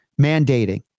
mandating